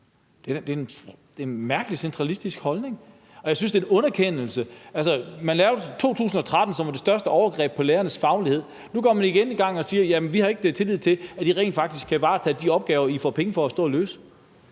Det er en mærkelig centralistisk holdning at have. Jeg synes, det er en underkendelse. Altså, i 2013 lavede man noget, som var det største overgreb på lærernes faglighed. Nu går man igen i gang og siger: Jamen vi har ikke tillid til, at I rent faktisk kan varetage de opgaver, I får penge for at stå og løse.